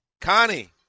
Connie